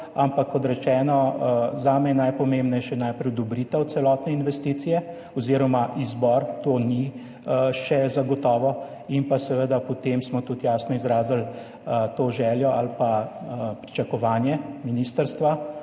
ampak kot rečeno, zame je najpomembnejša najprej odobritev celotne investicije oziroma izbor, to še ni zagotovo, in smo tudi jasno izrazili željo ali pričakovanje ministrstva